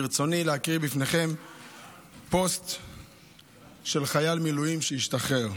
ברצוני להקריא בפניכם פוסט של חייל מילואים שהשתחרר: